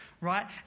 right